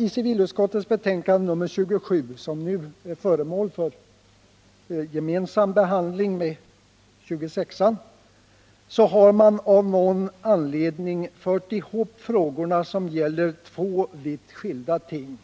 I civilutskottets betänkande nr 27, som nu är föremål för gemensam behandling med utskottets betänkande nr 26, har man av någon anledning fört ihop frågor som gäller två vitt skilda ting,